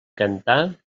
cantar